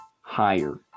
higher